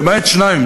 למעט שניים,